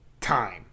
time